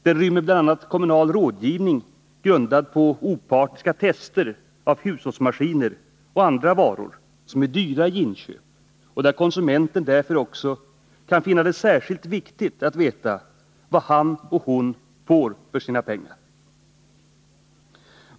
Den rymmer bl.a. kommunal rådgivning, grundad på opartiska tester av hushållsmaskiner och andra varor som är dyra i inköp och där konsumenten därför kan finna det särskilt viktigt att veta vad han eller hon får för sina pengar.